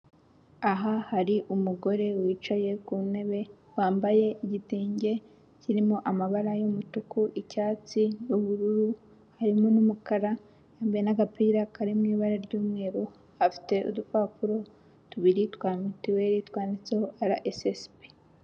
Aha hari umugore wicaye ku ntebe wambaye igitenge kirimo amabara y'umutuku, icyatsi n'ubururu harimo n'umukara, yambaye n'agapira kari mu ibara ry'umweru afite udupapuro tubiri twa mituweli twanditseho araesesibi.